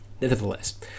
Nevertheless